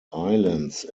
islands